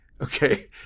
Okay